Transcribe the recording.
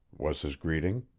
was his greeting.